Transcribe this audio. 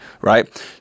right